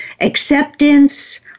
acceptance